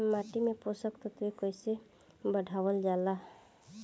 माटी में पोषक तत्व कईसे बढ़ावल जाला ह?